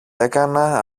έκανα